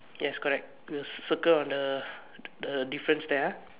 yes correct we will circle on the the difference there ah